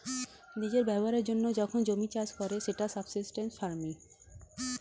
নিজের ব্যবহারের জন্য যখন জমি চাষ করে সেটা সাবসিস্টেন্স ফার্মিং